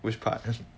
which part